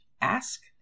ask